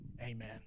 amen